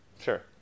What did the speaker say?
Sure